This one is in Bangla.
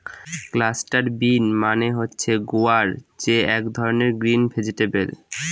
ক্লাস্টার বিন মানে হচ্ছে গুয়ার যে এক ধরনের গ্রিন ভেজিটেবল